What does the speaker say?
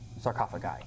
sarcophagi